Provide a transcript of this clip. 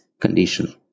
condition